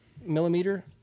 millimeter